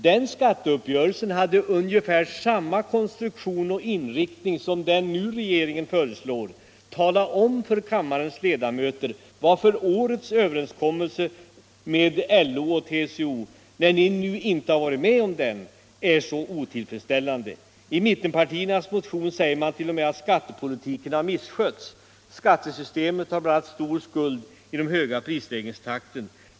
Den skatteuppgörelsen hade ungefär samma konstruktion och inriktning som den som regeringen nu föreslår. Tala om för kammarens ledamöter, herrar mittenpartister, varför årets överenskommelse med LO och TCO, som ni inte varit med om att träffa, är så otillfredsställande! I mittenpartiernas motion säger man t.o.m. att skattepolitiken har misskötts och att skattesystemet bl.a. har stor skuld i den höga prisstegringstakten.